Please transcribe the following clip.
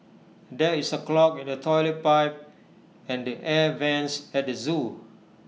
there is A clog in the Toilet Pipe and the air Vents at the Zoo